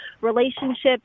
relationships